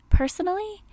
Personally